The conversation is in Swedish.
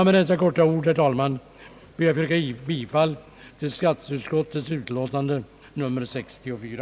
Med detta korta anförande, herr talman, ber jag att få yrka bifall till statsutskottets utlåtande nr 64.